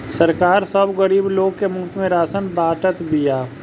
सरकार सब गरीब लोग के मुफ्त में राशन बांटत बिया